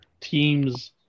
teams